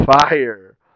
fire